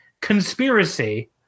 conspiracy